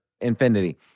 infinity